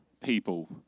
people